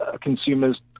consumers